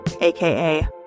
aka